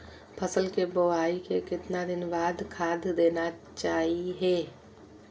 फसल के बोआई के कितना दिन बाद खाद देना चाइए?